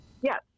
yes